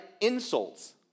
Insults